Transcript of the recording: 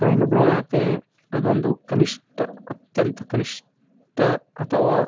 so ಹೆಣ್ಣು ಭ್ರೂಣ ಹತ್ಯೆ ಅದೊಂದು ಕನಿಷ್ಠ ಅತ್ಯಂತ ಕನಿಷ್ಠ ಅಥವಾ